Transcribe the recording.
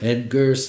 Edgar